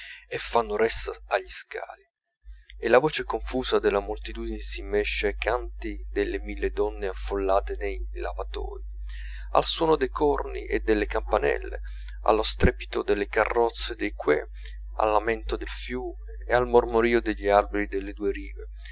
e fanno ressa agli scali e la voce confusa della moltitudine si mesce ai canti delle mille donne affollate nei lavatoi al suono dei corni e delle campanelle allo strepito delle carrozze dei quais al lamento del fiume e al mormorio degli alberi delle due rive